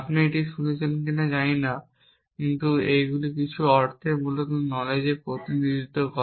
আপনি এটি সম্পর্কে শুনেছেন কিনা আমি জানি না তবে এগুলি কিছু অর্থে মূলত নলেজএর প্রতিনিধিত্ব করে